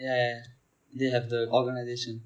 ya ya they have the organisation